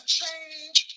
change